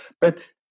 But-